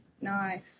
Nice